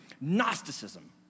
Gnosticism